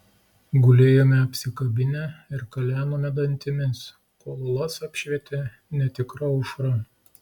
gulėjome apsikabinę ir kalenome dantimis kol uolas apšvietė netikra aušra